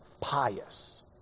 pious